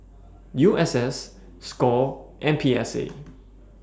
U S S SCORE and P S A